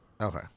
Okay